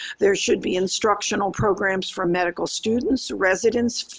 there should be instructional programs for medical students, residents,